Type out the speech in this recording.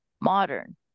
modern